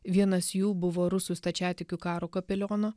vienas jų buvo rusų stačiatikių karo kapeliono